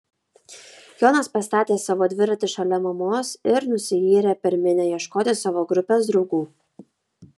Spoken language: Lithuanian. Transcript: jonas pastatė savo dviratį šalia mamos ir nusiyrė per minią ieškoti savo grupės draugų